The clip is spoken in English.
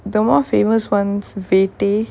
the more famous ones vettai